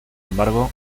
embargo